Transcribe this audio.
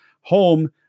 home